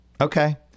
Okay